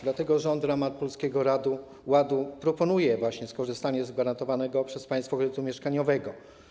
Dlatego rząd w ramach Polskiego Ładu proponuje właśnie skorzystanie z gwarantowanego przez państwo kredytu mieszkaniowego.